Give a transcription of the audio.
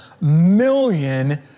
million